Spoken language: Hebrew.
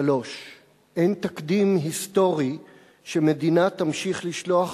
3. אין תקדים היסטורי שמדינה תמשיך לשלוח